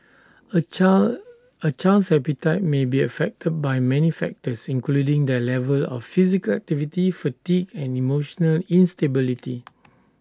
A child A child's appetite may be affected by many factors including their level of physical activity fatigue and emotional instability